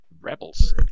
Rebels